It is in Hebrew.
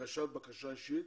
הגשת בקשה אישית